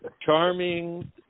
charming